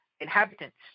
inhabitants